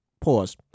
Pause